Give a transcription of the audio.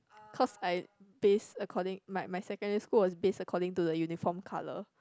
cause I base according my my secondary school was base according to the uniform colour